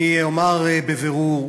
אני אומר בבירור: